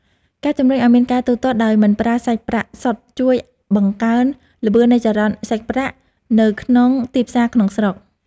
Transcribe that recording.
ការជំរុញឱ្យមានការទូទាត់ដោយមិនប្រើសាច់ប្រាក់សុទ្ធជួយបង្កើនល្បឿននៃចរន្តសាច់ប្រាក់នៅក្នុងទីផ្សារក្នុងស្រុក។